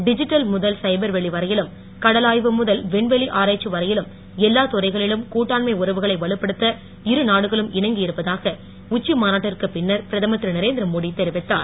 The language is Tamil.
டிஜிட்டல் முதல் சைபர் வெளி வரையிலும் கடலாய்வு முதல் விண்வெளி ஆராய்ச்சி வரையிலும் எல்லாத் துறைகளிலும் கூட்டாண்மை உறவுகளை வலுப்படுத்த இருநாடுகளும் இணங்கி இருப்பதாக உச்ச மாநாட்டிற்குப் பின்னர் பிரதமர் திரு நரேந்திர மோடி தெரிவித்தார்